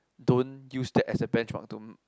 don't use that as a benchmark to